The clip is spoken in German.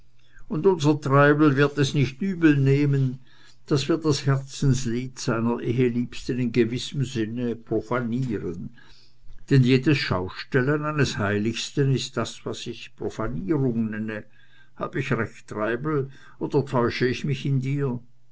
und unser treibel wird es nicht übelnehmen daß wir das herzenslied seiner eheliebsten in gewissem sinne profanieren denn jedes schaustellen eines heiligsten ist das was ich profanierung nenne hab ich recht treibel oder täusch ich mich in dir